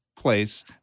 place